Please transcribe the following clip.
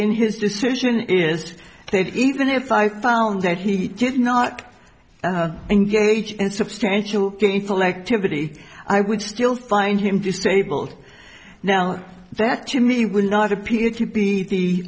in his decision is that even if i found that he did not engage in substantial gainful activity i would still find him to stabled now that to me would not appear to be